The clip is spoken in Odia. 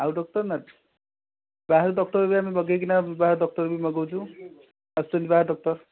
ଆଉ ଡକ୍ଟର୍ ନାହାନ୍ତି ବାହାରୁ ଡକ୍ଟର୍ ବି ଆମେ ମଗାଇକିନା ବାହାରୁ ଡକ୍ଟର୍ ବି ଆମେ ମଗାଉଛୁ ଆସୁଛନ୍ତି ବାହାରୁ ଡକ୍ଟର୍